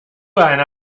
eine